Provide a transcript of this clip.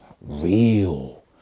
real